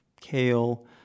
kale